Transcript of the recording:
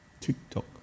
TikTok